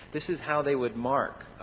this is how they would mark.